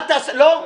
לא.